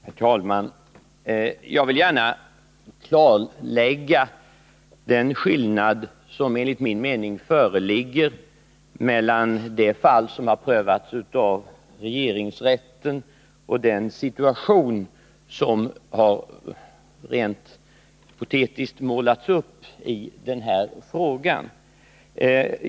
Herr talman! Jag vill gärna klarlägga den skillnad som enligt min mening föreligger mellan det fall som har prövats av regeringsrätten och den situation som rent hypotetiskt målats upp i den framställda frågan.